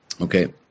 Okay